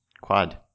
quad